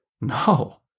No